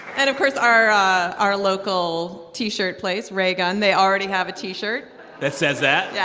and of course our our local t-shirt place, raygun, they already have a t-shirt that says that? yeah